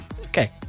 Okay